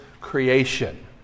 creation